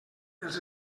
els